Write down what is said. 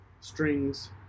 strings